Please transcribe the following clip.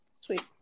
sweet